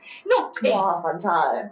!wah! 反差 eh